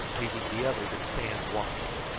leaving the other to stand watching.